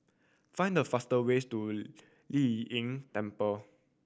find the fastest way to Lei Yin Temple